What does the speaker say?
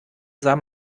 sah